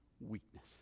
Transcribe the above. weakness